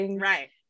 right